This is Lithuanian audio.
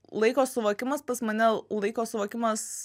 laiko suvokimas pas mane laiko suvokimas